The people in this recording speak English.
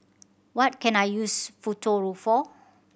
what can I use Futuro for